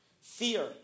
Fear